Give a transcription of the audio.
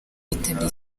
bitabiriye